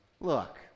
Look